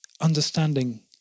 understanding